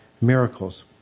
miracles